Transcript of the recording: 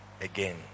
again